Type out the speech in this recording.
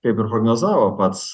kaip ir prognozavo pats